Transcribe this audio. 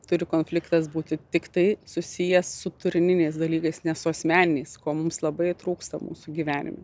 turi konfliktas būti tiktai susijęs su turininiais dalykais ne su asmeniniais ko mums labai trūksta mūsų gyvenime